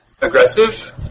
aggressive